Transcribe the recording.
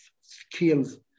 skills